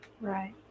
Right